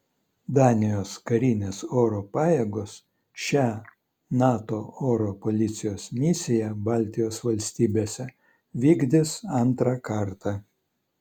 danijos karinės oro pajėgos šią nato oro policijos misiją baltijos valstybėse vykdys antrą kartą